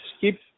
keep